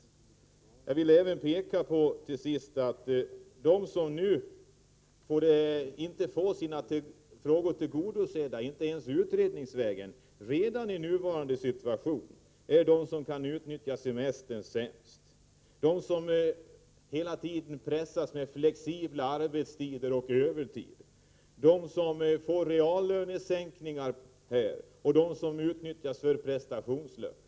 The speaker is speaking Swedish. Till sist vill jag även peka på att de som nu inte får sina önskemål tillgodosedda ens utredningsvägen redan i nuvarande situation är de som kan utnyttja semestern sämst, de som hela tiden pressas av flexibla arbetstider och övertid, de som får reallönesänkningar, de som utnyttjas med prestationslöner.